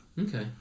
Okay